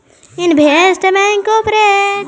investment bank corporate finance से जुड़ल होवऽ हइ